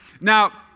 Now